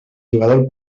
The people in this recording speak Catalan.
jugador